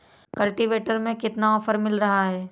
Cultivator में कितना offer मिल रहा है?